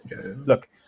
Look